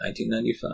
1995